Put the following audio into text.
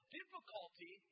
difficulty